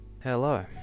Hello